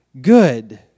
good